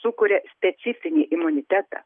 sukuria specifinį imunitetą